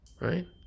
Right